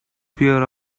fear